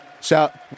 Shout